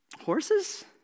horses